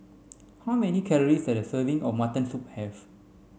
how many calories does a serving of mutton soup have